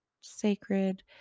sacred